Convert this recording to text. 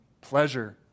pleasure